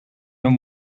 and